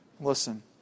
Listen